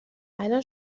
الان